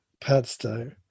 Padstow